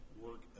work